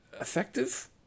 effective